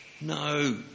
No